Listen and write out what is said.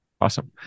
Awesome